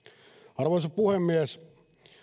arvoisa puhemies